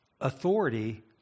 Authority